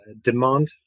demand